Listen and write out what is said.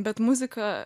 bet muzika